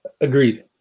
Agreed